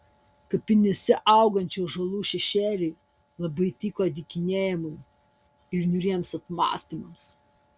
kapinėse augančių ąžuolų šešėliai labai tiko dykinėjimui ir niūriems apmąstymams